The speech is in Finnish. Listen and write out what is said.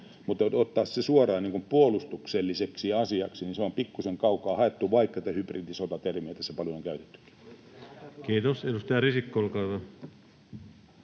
että ottaa sen suoraan niin kuin puolustukselliseksi asiaksi, on pikkuisen kaukaa haettu, vaikka tätä hybridisota-termiä tässä paljon on käytettykin. Kiitos. — Edustaja Risikko, olkaa hyvä.